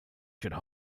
should